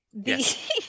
Yes